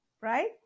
right